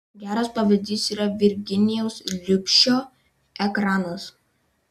geras pavyzdys yra virginijaus liubšio ekranas